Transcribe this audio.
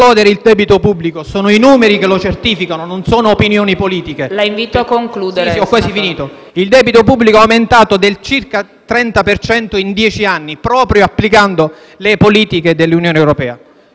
Il debito pubblico è aumentato di circa il 30 per cento in dieci anni proprio applicando le politiche dell'Unione europea.